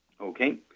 Okay